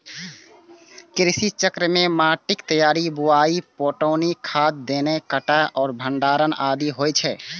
कृषि चक्र मे माटिक तैयारी, बुआई, पटौनी, खाद देनाय, कटाइ आ भंडारण आदि होइ छै